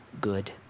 good